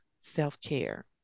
self-care